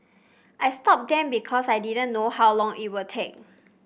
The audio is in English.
I stopped them because I didn't know how long it would take